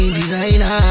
designer